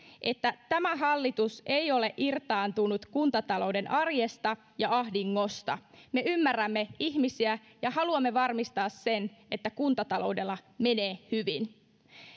että tämä hallitus ei ole irtaantunut kuntatalouden arjesta ja ahdingosta me ymmärrämme ihmisiä ja haluamme varmistaa sen että kuntataloudella menee hyvin